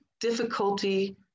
difficulty